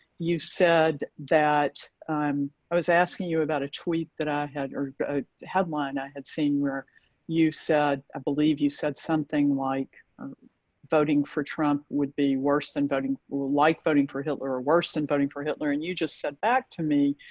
you said that, um i was asking you about a tweet that i had a headline i had seen where you said i believe you said something like voting for trump would be worse than voting like voting for hitler or worse than voting for hitler and you just said back to me